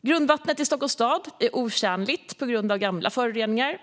Grundvattnet i Stockholms stad är otjänligt på grund av gamla föroreningar.